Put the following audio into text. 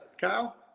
Kyle